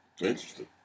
Interesting